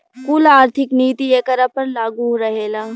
कुल आर्थिक नीति एकरा पर लागू रहेला